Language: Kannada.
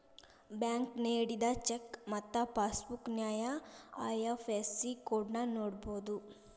ಬ್ಯಾಂಕ್ ನೇಡಿದ ಚೆಕ್ ಮತ್ತ ಪಾಸ್ಬುಕ್ ನ್ಯಾಯ ಐ.ಎಫ್.ಎಸ್.ಸಿ ಕೋಡ್ನ ನೋಡಬೋದು